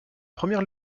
première